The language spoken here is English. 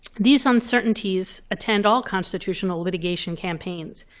these uncertainties attend all constitutional litigation campaigns.